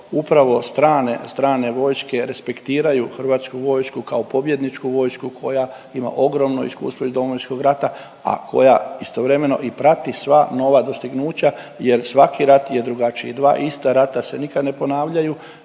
upravo strane vojske respektiraju Hrvatsku vojsku kao pobjedničku vojsku koja ima ogromno iskustvo iz Domovinskog rata, a koja istovremeno i prati sva nova dostignuća jer svaki rat je drugačiji. Dva ista rata se nikad ne ponavljaju